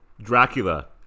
Dracula